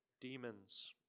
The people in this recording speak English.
demons